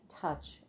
touch